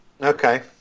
Okay